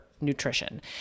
nutrition